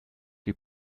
die